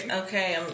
Okay